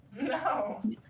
No